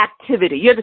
activity